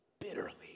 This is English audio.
bitterly